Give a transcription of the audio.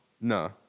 No